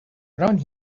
around